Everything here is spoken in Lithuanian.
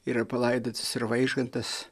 yra palaidotas ir vaižgantas